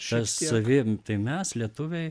tas savim tai mes lietuviai